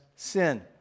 Sin